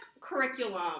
curriculum